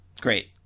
Great